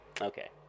Okay